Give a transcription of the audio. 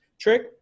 trick